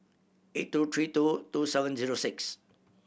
eight two three two two seven zero six